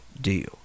deal